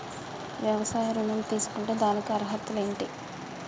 వ్యవసాయ ఋణం తీసుకుంటే దానికి అర్హతలు ఏంటి?